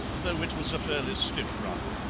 though it was a fairly stiff run.